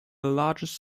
largest